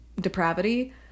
depravity